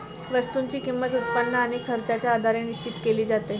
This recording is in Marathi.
वस्तूची किंमत, उत्पन्न आणि खर्चाच्या आधारे निश्चित केली जाते